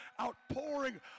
outpouring